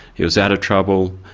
he was out of trouble,